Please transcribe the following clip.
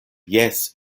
jes